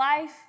life